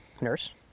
nurse